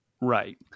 Right